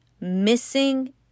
missing